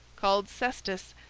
called cestus,